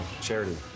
charity